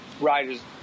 riders